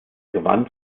gewann